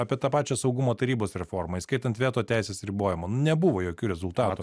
apie tą pačią saugumo tarybos reformą įskaitant veto teisės ribojimą nu nebuvo jokių rezultatų